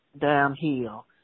downhill